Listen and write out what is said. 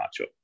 matchup